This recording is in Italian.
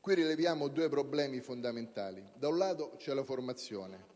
Qui si rilevano due problemi fondamentali: in primo luogo, la formazione.